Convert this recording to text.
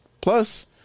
Plus